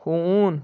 ہوٗن